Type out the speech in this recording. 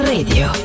Radio